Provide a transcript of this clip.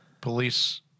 police